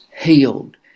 healed